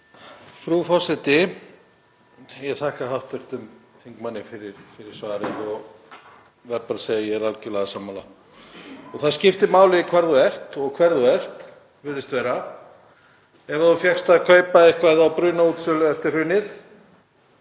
Frú forseti. Ég þakka hv. þingmanni fyrir svarið og verð bara að segja að ég er algerlega sammála. Það skiptir máli hvar þú ert og hver þú ert, virðist vera. Ef þú fékkst að kaupa eitthvað á brunaútsölu eftir hrunið